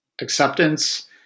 acceptance